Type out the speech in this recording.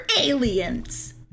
Aliens